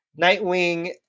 Nightwing